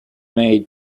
maid